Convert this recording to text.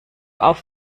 auf